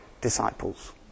disciples